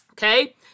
Okay